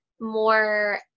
more